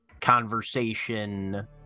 conversation